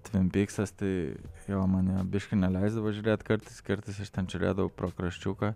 tvimpyksas tai jo mane biškį neleisdavo žiūrėti kartais kartais aš ten žiūrėdavau pro kraščiuką